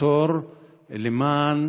לחתור למען